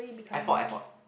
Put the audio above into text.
airport airport